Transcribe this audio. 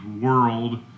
World